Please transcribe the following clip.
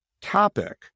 topic